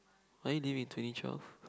why are you living in twenty twelve